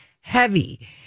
Heavy